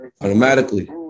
automatically